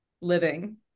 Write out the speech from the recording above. living